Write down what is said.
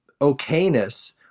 okayness